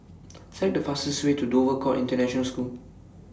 Select The fastest Way to Dover Court International School